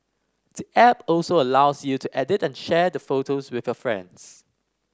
the app also allows you to edit and share the photos with your friends